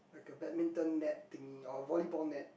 like a badminton net thingy or volleyball net